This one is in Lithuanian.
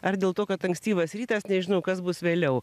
ar dėl to kad ankstyvas rytas nežinau kas bus vėliau